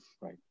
right